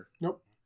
Nope